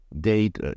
date